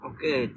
Okay